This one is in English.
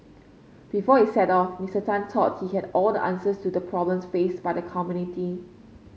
before he set off Mister Tan thought he had all the answers to the problems faced by the community